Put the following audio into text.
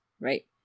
right